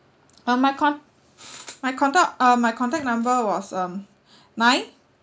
um my con~ my conto~ uh my contact number was um nine